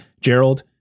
Gerald